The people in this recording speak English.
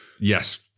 Yes